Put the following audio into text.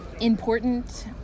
important